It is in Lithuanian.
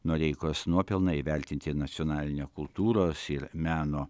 noreikos nuopelnai įvertinti nacionaline kultūros ir meno